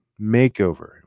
makeover